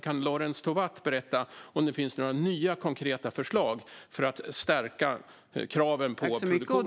Kan Lorentz Tovatt berätta om det finns några nya konkreta förslag för att stärka kraven på produktionen?